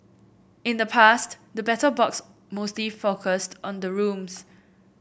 in the past the Battle Box mostly focused on the rooms